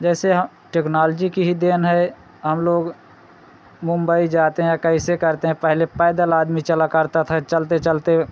जैसे ह टेक्नॉलजी की ही देन है हम लोग मुंबई जाते हैं कैसे करते हैं पहले पैदल आदमी चला करते था चलते चलते